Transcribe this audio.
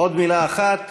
עוד מילה אחת